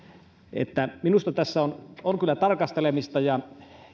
minusta tässä on on kyllä tarkastelemista ja